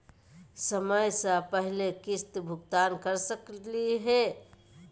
समय स पहले किस्त भुगतान कर सकली हे?